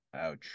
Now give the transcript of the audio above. ouch